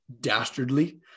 dastardly